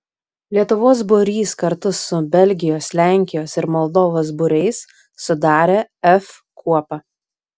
lietuvos būrys kartu su belgijos lenkijos ir moldovos būriais sudarė f kuopą